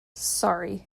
sorry